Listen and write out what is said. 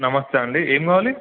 నమస్తే అండి ఏం కావాలి